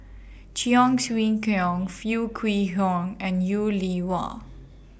Cheong Siew Keong Foo Kwee Horng and YOU Li Wah